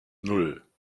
nan